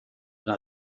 una